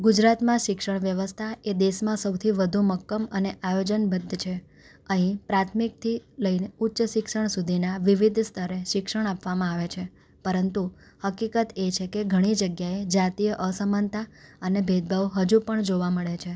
ગુજરાતમાં શિક્ષણ વ્યવસ્થા એ દેશમાં સૌથી વધુ મક્કમ અને આયોજનબદ્ધ છે અહીં પ્રાથમિકથી લઈને ઉચ્ચ શિક્ષણ સુધીના વિવિધ સ્તરે શિક્ષણ આપવામાં આવે છે પરંતુ હકીકત એ છે કે ઘણી જગ્યાએ જાતીય અસમાનતા અને ભેદભાવ હજુ પણ જોવા મળે છે